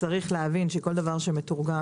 צריך להבין שכל דבר שמתורגם